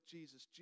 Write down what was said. Jesus